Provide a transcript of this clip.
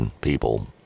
people